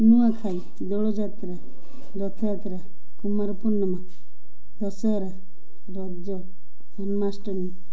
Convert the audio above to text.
Nuakhai Dolyatra Rath Yatra Kumar Purnima Dussehra Raja Janmashtami